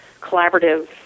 collaborative